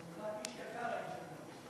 איש יקר, האיש הזה.